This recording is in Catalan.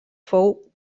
fou